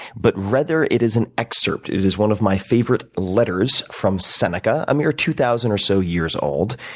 but rather it is an excerpt. it is one of my favorite letters from seneca a mere two thousand or so years old.